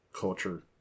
culture